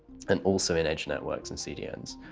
and also in edge networks and cdns.